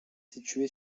situé